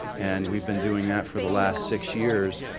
and we've been doing that for the last six years.